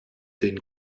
den